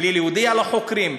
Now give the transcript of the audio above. בלי להודיע לחוקרים.